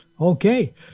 Okay